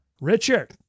Richard